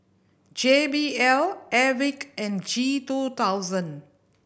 J B L Airwick and G two thousand